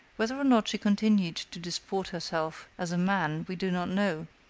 whether or not she continued to disport herself as a man we do not know,